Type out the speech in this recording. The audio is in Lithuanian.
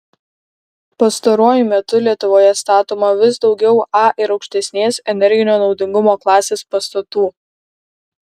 pastaruoju metu lietuvoje statoma vis daugiau a ir aukštesnės energinio naudingumo klasės pastatų